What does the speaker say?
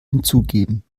hinzugeben